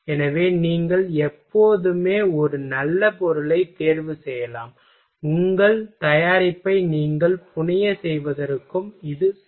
எனவே நீங்கள் எப்போதுமே ஒரு நல்ல பொருளைத் தேர்வு செய்யலாம் உங்கள் தயாரிப்பை நீங்கள் புனையச் செய்வதற்கும் சரி